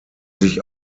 sich